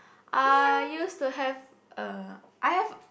I used to have a I have